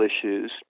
issues